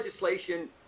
legislation